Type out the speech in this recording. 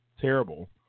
terrible